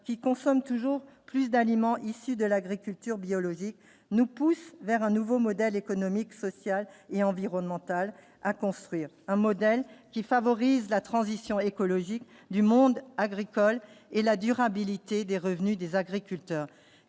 qui consomment toujours plus d'aliments issus de l'agriculture biologique nous pousse vers un nouveau modèle économique, social et environnemental à construire un modèle qui favorise la transition écologique du monde agricole et la durabilité des revenus des agriculteurs,